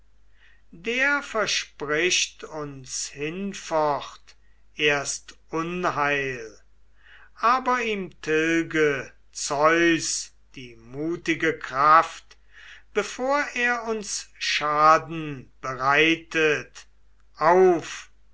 der verspricht uns hinfort erst unheil aber ihm tilge zeus die mutige kraft bevor er uns schaden bereitet auf